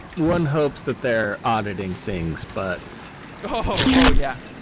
one hopes that they're auditing things, but oh, yeah.